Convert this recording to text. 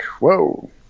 whoa